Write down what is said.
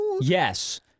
Yes